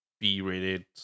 B-rated